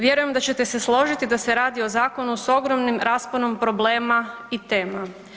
Vjerujem da ćete se složiti da se radi o zakonu s ogromnim rasponom problema i tema.